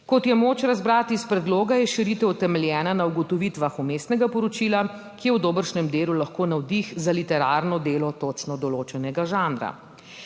Kot je moč razbrati iz predloga, je širitev utemeljena na ugotovitvah vmesnega poročila, ki je v dobršnem delu lahko navdih za literarno delo 39. TRAK (VI)